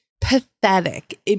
pathetic